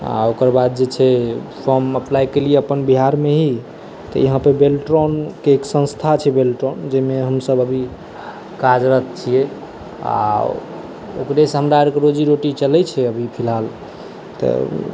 आओर ओकरबाद जे छै फॉर्म अप्लाइ केलिए अपन बिहारमे ही तऽ यहाँ पर बेल्ट्रॉनके एक सँस्था छै बेल्ट्रॉन जाहिमे हमसब अभी कार्यरत छिए आओर ओकरेसँ हमरा आओरके रोजी रोटी चलै छै अभी फिलहाल तऽ